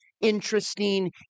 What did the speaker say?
interesting